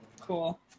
Cool